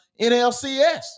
nlcs